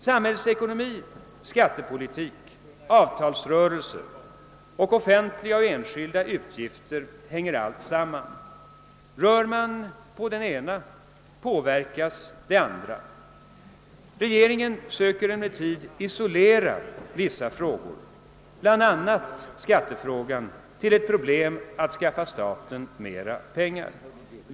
Samhällsekonomi, skattepolitik, avtalsrörelser samt offentliga och enskilda utgifter — allt hänger samman. Om man rör på det ena påverkas det andra. Regeringen söker emellertid isolera skattefrågan till ett problem att skaffa staten mer pengar.